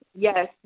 Yes